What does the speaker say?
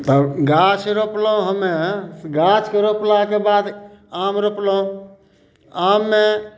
तऽ गाछ रोपलहुँ हमे गाछके रोपलाके बाद आम रोपलहुँ आममे